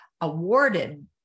Awarded